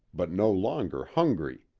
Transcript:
but no longer hungry.